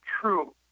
true